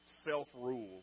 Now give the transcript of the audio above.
self-rule